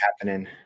happening